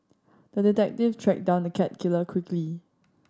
the detective tracked down the cat killer quickly